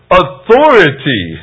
authority